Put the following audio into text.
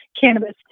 cannabis